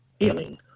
ailing